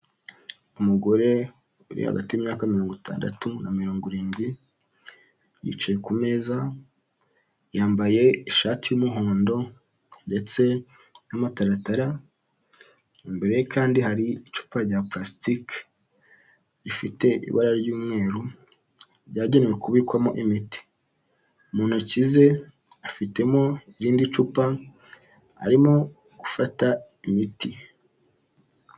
Umugore uri hagati y'imyaka mirongo itandatu na mirongo irindwi yicaye ku meza, yambaye ishati y'umuhondo ndetse n'amataratara, imbere ye kandi hari icupa rya purasitike rifite ibara ry'umweru ryagenewe kubikwamo imiti, mu ntoki ze afitemo irindi cupa, arimo gufata imiti.